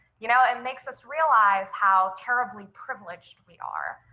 you know it makes us realize how terribly privileged we are.